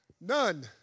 None